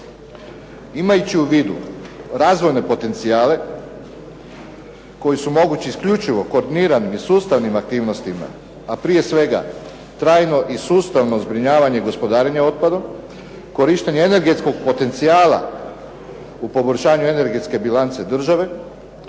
Imajući u vidu razvojne potencijale koji su mogući isključivo koordiniranim i sustavnim aktivnostima, a prije svega trajno i sustavno zbrinjavanje gospodarenja otpadom, korištenje energetskog potencijala u poboljšanju energetske bilance države,